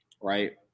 right